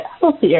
healthier